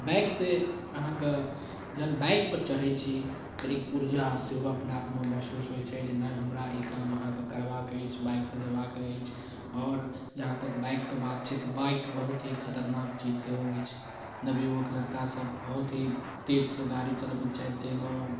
बाइकसँ अहाँके जहन बाइकपर चढ़ै छी तऽ एक उर्जा सेहो अपना आपमे महसूस होइ छै जे नहि हमरा ई काम अहाँके करबाक अछि बाइकसँ जेबाक अछि आओर जहाँ तक बाइकके बात छै तऽ बाइक बहुत ही खतरनाक चीज सेहो अछि नवयुवक लड़कासभ बहुत ही तेजसँ गाड़ी चलबै छथि जाहिमे